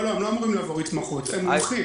לא, הם לא אמורים לעבור התמחות, הם מומחים.